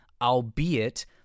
albeit